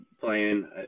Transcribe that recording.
playing